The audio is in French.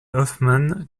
hoffman